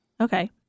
Okay